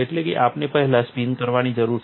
એટલે કે આપણે પહેલા સ્પિન કરવાની જરૂર છે